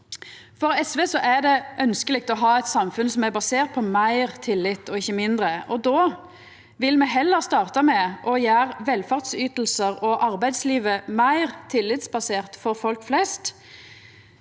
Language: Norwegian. For SV er det ønskjeleg å ha eit samfunn som er basert på meir tillit og ikkje mindre, og då vil me heller starta med å gjera velferdsytingar og arbeidslivet meir tillitsbaserte for folk flest.